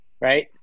Right